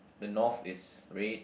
the north is red